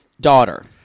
daughter